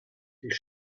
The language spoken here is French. six